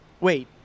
wait